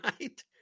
right